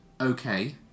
okay